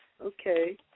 Okay